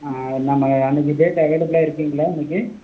ஆ நாங்கள் அன்றைக்கு டேட் அவைலபுலாக இருப்பீங்களா அன்றைக்கு